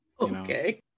Okay